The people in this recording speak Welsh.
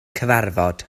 cyfarfod